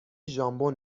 ژامبون